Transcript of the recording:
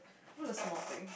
over the small thing